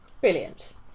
Brilliant